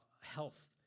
health